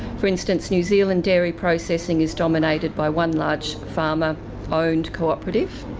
for instance, new zealand dairy processing is dominated by one large farmer owned cooperative,